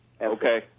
Okay